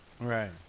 Right